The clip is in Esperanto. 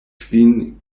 kvin